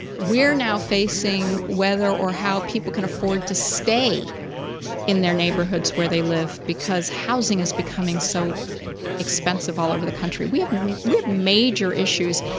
we're now facing whether or how people can afford to stay in their neighborhoods where they live because housing is becoming so expensive all over the country. we have major issues,